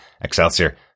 Excelsior